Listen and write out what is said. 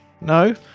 No